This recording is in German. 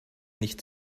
nicht